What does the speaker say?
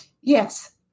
Yes